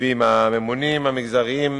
ועם הממונים המגזריים